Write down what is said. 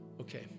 Okay